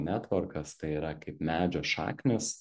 netvorkas tai yra kaip medžio šaknys